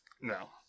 No